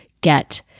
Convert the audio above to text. get